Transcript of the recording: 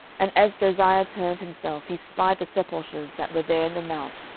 and as josiah turned himself, he spied the sepulchres that were there in the mount,